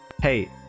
Hey